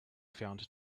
found